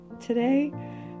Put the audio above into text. today